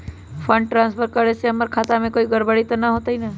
Fund transfer करे से हमर खाता में कोई गड़बड़ी त न होई न?